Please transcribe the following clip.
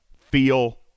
feel